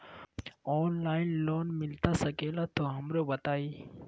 Online loan मिलता सके ला तो हमरो बताई?